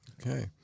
Okay